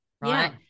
right